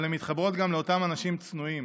אבל הן מתחברות גם לאותם אנשים צנועים